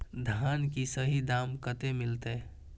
धान की सही दाम कते मिलते?